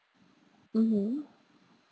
mmhmm